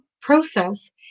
process